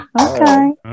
okay